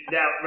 Now